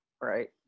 Right